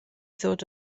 ddod